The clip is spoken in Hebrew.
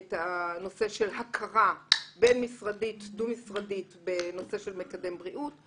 את הנושא של הכרה דו-משרדית בנושא של מקדם בריאות.